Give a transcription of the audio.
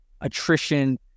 attrition